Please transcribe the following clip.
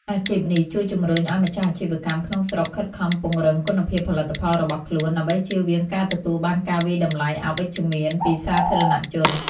អាជីពនេះជួយជំរុញឱ្យម្ចាស់អាជីវកម្មក្នុងស្រុកខិតខំពង្រឹងគុណភាពផលិតផលរបស់ខ្លួន ដើម្បីជៀសវាងការទទួលបានការវាយតម្លៃអវិជ្ជមានពីសាធារណជន។